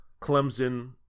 Clemson